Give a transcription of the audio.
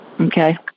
okay